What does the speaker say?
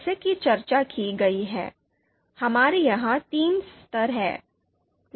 जैसा कि चर्चा की गई है हमारे यहां तीन स्तर हैं